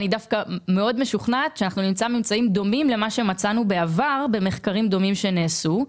אני משוכנעת שנמצא ממצאים דומים למה שמצאנו בעבר במחקרים דומים שנעשו.